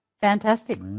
Fantastic